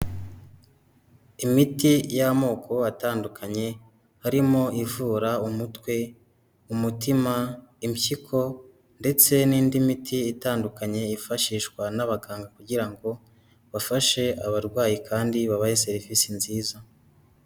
Imiti y'amoko atandukanye harimo ivura umutwe, umutima, impyiko ndetse n'indi miti itandukanye yifashishwa n'abaganga kugira ngo bafashe abarwayi kandi babahe serivisi nziza.